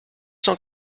cent